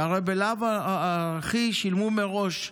שהרי בלאו הכי שילמו מראש,